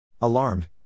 Alarmed